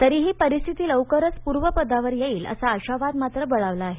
तरीही परिस्थिती लवकरच पूर्वपदावर येईल असा आशावाद मात्र बळावला आहे